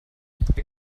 wir